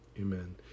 amen